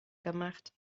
gemacht